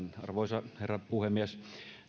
arvoisa herra puhemies